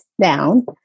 down